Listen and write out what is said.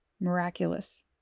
Miraculous